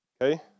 okay